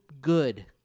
good